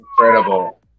incredible